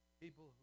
People